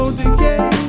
decay